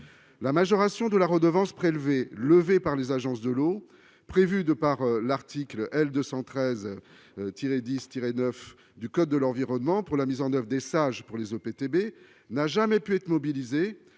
la majoration de la redevance prélevée levée par les agences de l'eau prévu de par l'article L 213 tiré 10 tiré 9 du code de l'environnement pour la mise en oeuvre des sages pour les EPTB, n'a jamais pu être mobilisés